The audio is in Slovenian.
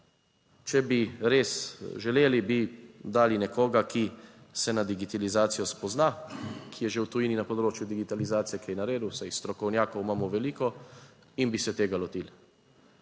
Če bi res želeli, bi dali nekoga, ki se na digitalizacijo spozna, ki je že v tujini na področju digitalizacije kaj naredil, saj strokovnjakov imamo veliko, in bi se tega lotili.